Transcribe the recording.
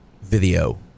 video